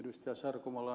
kun ed